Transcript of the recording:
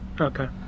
Okay